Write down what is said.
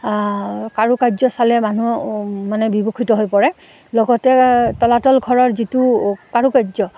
কাৰুকাৰ্য চালে মানুহ মানে বিভূষিত হৈ পৰে লগতে তলাতল ঘৰৰ যিটো কাৰুকাৰ্য